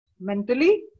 mentally